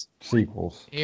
sequels